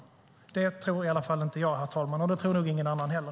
Det tror i alla fall inte jag, herr talman, och det tror nog ingen annan heller.